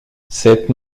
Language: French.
cette